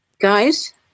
Guys